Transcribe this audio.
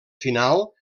final